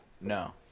no